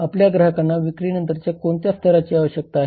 आपल्या ग्राहकांना विक्रीनंतरच्या कोणत्या स्तराची आवश्यकता आहे